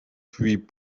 puis